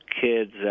kids